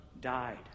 died